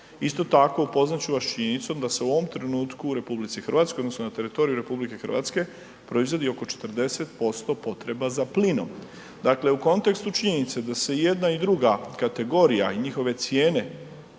Isto tako upoznat ću vas s činjenicom da se u ovom trenutku u RH odnosno na teritoriju RH proizvodi oko 40% potreba za plinom. Dakle, u kontekstu činjenice da se i jedna i druga kategorija i njihove cijene